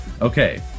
Okay